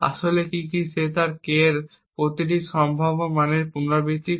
আসল কী কী তাই সে K এর প্রতিটি সম্ভাব্য মানের পুনরাবৃত্তি করে